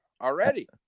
already